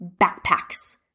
backpacks